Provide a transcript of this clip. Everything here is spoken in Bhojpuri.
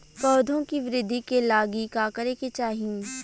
पौधों की वृद्धि के लागी का करे के चाहीं?